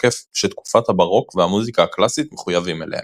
שתקופת הבארוק והמוזיקה הקלאסית מחויבים אליהם.